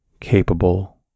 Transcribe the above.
capable